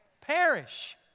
Perish